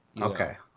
Okay